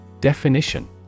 Definition